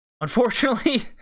Unfortunately